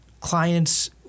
Clients